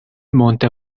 monte